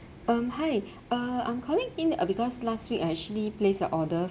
um hi uh I'm calling in uh because last week I actually placed the order